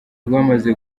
rwamaze